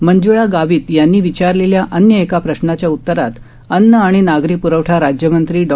मंजूळा गावित यांनी विचारलेल्या अन्य एका प्रश्नाच्या उत्तरात अन्न आणि नागरी प्रवठा राज्यमंत्री डॉ